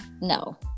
no